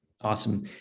Awesome